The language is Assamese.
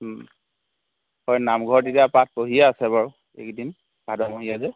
হয় নামঘৰত এতিয়া পাঠ পঢ়িয়েই আছে বাৰু এইকেইদিন ভাদমহীয়া যে